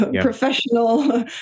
professional